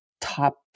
top